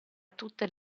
tutte